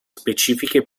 specifiche